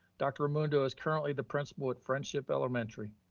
dr. raimundo is currently the principal at friendship elementary.